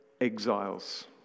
exiles